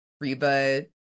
Reba